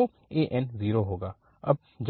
तो an 0 होगा